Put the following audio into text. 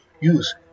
use